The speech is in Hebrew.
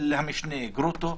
של המשנה גרוטו